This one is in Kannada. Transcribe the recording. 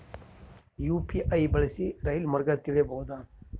ಯು.ಪಿ.ಐ ಬಳಸಿ ರೈಲು ಮಾರ್ಗ ತಿಳೇಬೋದ?